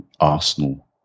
Arsenal